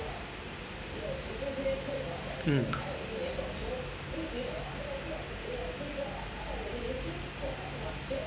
mm